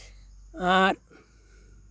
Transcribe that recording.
ᱟᱨ